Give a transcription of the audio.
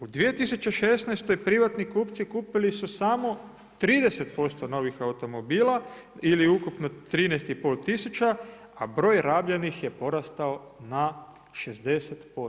U 2016. privatni kupci kupili su samo 30% novih automobila ili ukupno 13,5 tisuća, a broj rabljenih je porastao na 60%